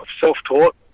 self-taught